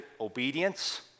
obedience